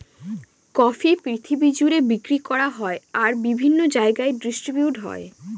coffee পৃথিবী জুড়ে বিক্রি করা হয় আর বিভিন্ন জায়গায় ডিস্ট্রিবিউট হয়